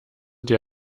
dir